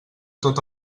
tot